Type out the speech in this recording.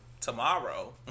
tomorrow